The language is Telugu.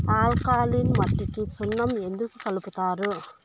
ఆల్కలీన్ మట్టికి సున్నం ఎందుకు కలుపుతారు